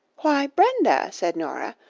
why, brenda! said nora,